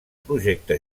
projecte